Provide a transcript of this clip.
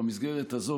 במסגרת הזאת,